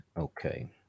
Okay